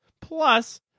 Plus